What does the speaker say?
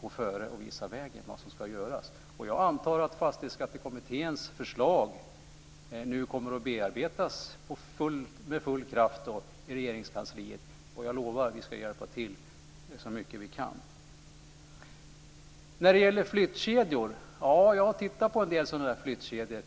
gå före och visa vad som ska göras. Jag antar att Fastighetskattekommitténs förslag nu kommer att bearbetas med full kraft i Regeringskansliet. Jag lovar att vi ska hjälpa till så mycket vi kan. Jag har tittat på en del flyttkedjor.